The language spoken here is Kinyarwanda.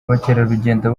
bakerarugendo